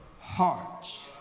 hearts